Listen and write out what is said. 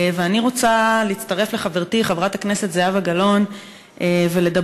ואני רוצה להצטרף לחברתי חברת הכנסת זהבה גלאון ולדבר